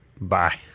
Bye